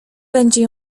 będzie